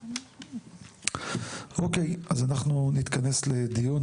אנחנו נתכנס לדיון,